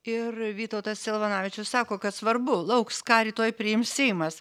ir vytautas silvanavičius sako kad svarbu lauks ką rytoj priims seimas